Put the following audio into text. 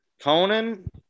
Conan